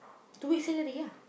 two weeks salary lah